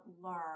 learn